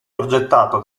progettato